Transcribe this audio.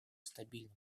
стабильным